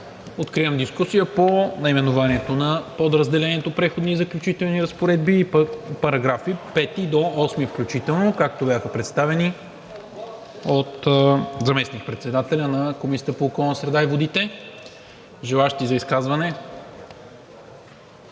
Откривам дискусията по наименованието на подразделението „Преходни и заключителни разпоредби“ и параграфи от 5 до 8, включително, както бяха представени от заместник-председателя на Комисията по околната среда и водите. Желаещи за изказване?